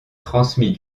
transmis